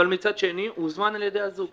אבל מצד שני, הוא הוזמן על ידי הזוג.